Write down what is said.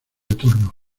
turno